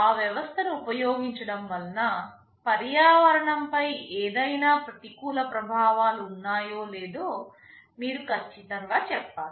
ఆ వ్యవస్థను ఉపయోగించడం వల్ల పర్యావరణంపై ఏదైనా ప్రతికూల ప్రభావాలు ఉన్నాయో లేదో మీరు ఖచ్చితంగా చెప్పాలి